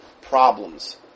problems